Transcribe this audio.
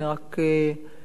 אני רק סבורה